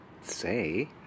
say